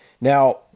Now